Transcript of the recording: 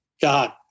God